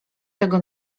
tego